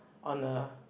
on a